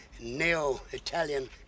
neo-Italian